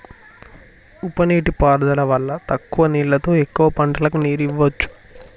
ఉప నీటి పారుదల వల్ల తక్కువ నీళ్లతో ఎక్కువ పంటలకు నీరు ఇవ్వొచ్చు